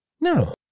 No